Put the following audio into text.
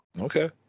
Okay